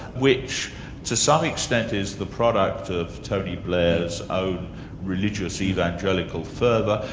which to some extent is the product of tony blair's own religious evangelical fervour,